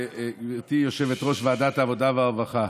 גברתי יושבת-ראש ועדת העבודה והרווחה,